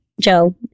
joe